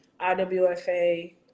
iwfa